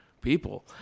people